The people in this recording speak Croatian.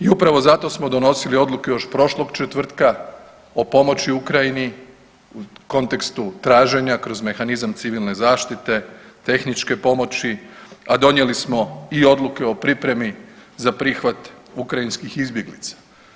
I upravo zato smo donosili odluke još prošlog četvrtka o pomoći Ukrajini u kontekstu traženja kroz mehanizam civilne zaštite, tehničke pomoći, a donijeli smo i odluke o pripremi za prihvat ukrajinskih izbjeglica.